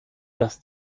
dass